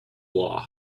law